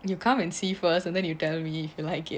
you come and see first and then you tell me you like it